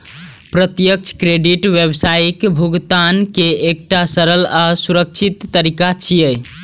प्रत्यक्ष क्रेडिट व्यावसायिक भुगतान के एकटा सरल आ सुरक्षित तरीका छियै